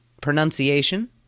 Pronunciation